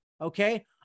Okay